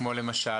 כמו למשל?